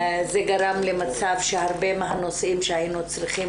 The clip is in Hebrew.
זה גרם למצב שהרבה מהנושאים שהיינו צריכים